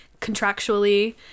contractually